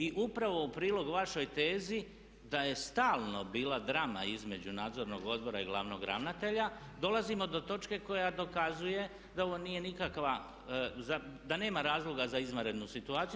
I upravo u prilog vašoj tezi da je stalno bila drama između nadzornog odbora i glavnog ravnatelja dolazimo do točke koja dokazuje da ovo nije nikakva, da nema razloga za izvanrednu situaciju.